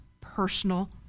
personal